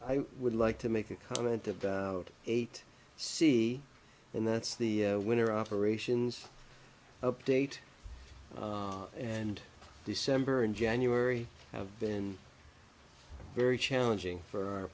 i would like to make a comment about eight c and that's the winner operations update and december and january have been very challenging for our